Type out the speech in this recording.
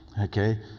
Okay